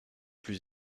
plus